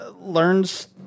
learns